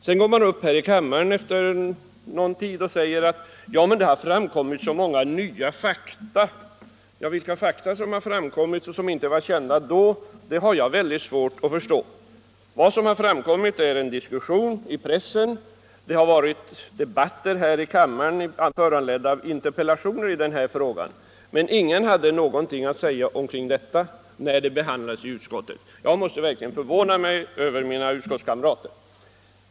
Sedan går man upp här i kammaren efter någon tid och säger att det har framkommit så många nya fakta. Vilka fakta som har framkommit och som inte var kända då har jag väldigt svårt att se. Vad som har framkommit är en diskussion i pressen. Det har varit debatter här i kammaren, föranledda av interpellationer i frågan. Men ingen hade någonting att säga kring detta när det behandlades i utskottet. Jag är verkligen förvånad över mina utskottskamrater.